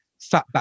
Fatback